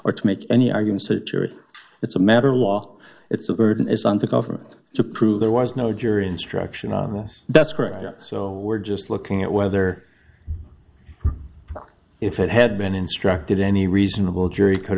or to make any argument that your it's a matter of law it's the burden is on the government to prove there was no jury instruction on this that's correct so we're just looking at whether if it had been instructed any reasonable jury could